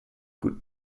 gut